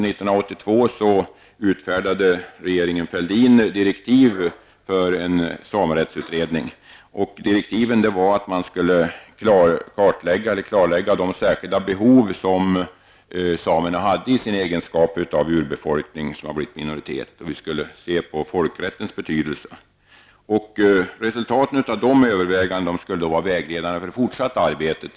Direktiven gick ut på att utredningen skulle kartlägga de särskilda behov som samerna har i sin egenskap av en urbefolkning som har blivit en minoritet, och utredningen skulle även studera folkrättens betydelse. Resultaten av dessa överväganden skulle sedan vara vägledande för det fortsatta arbetet.